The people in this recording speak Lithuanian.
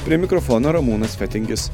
prie mikrofono ramūnas fetingis